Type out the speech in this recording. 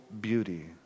beauty